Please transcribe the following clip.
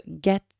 get